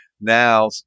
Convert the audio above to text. now